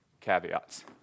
caveats